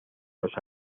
los